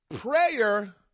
Prayer